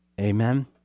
Amen